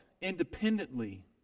independently